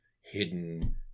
hidden